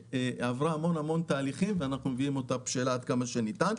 עברה הרבה מאוד תהליכים ואנחנו מביאים אותה בשלה עד כמה שניתן.